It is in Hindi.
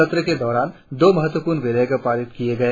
सत्र के दौरान दो महत्वपूर्ण विधेयक पारित किए गए